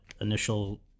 initial